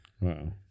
Wow